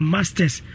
Masters